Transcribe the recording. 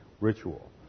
ritual